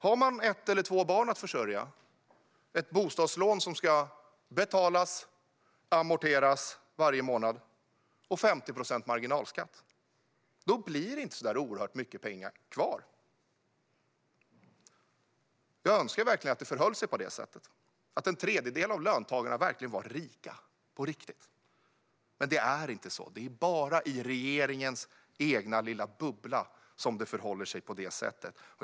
Har man ett eller två barn att försörja, ett bostadslån som ska betalas och amorteras varje månad och 50 procents marginalskatt blir det inte så där oerhört mycket pengar kvar. Jag önskar verkligen att det förhöll sig så att en tredjedel av löntagarna verkligen var rika på riktigt. Men det är inte så. Det är bara i regeringens egna lilla bubbla som det förhåller sig på det sättet.